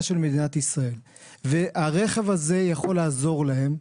של מדינת ישראל והרכב הזה יכול לעזור להם,